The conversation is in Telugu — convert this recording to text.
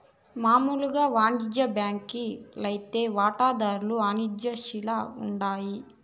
మామూలు వానిజ్య బాంకీ లైతే వాటాదార్ల అజమాయిషీల ఉండాయి